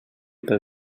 pel